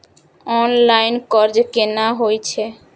Online कर्ज केना होई छै?